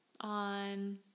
on